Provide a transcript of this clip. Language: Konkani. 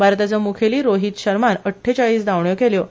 भारताचो मुखेली रोहीत शर्मान अठ्ठेचाळीस धावण्यो काडल्यो